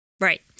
right